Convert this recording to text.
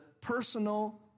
personal